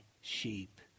sheep